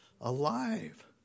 alive